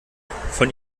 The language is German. von